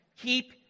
Keep